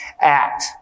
act